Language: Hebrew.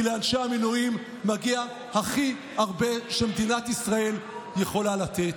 כי לאנשי המילואים מגיע הכי הרבה שמדינת ישראל יכולה לתת.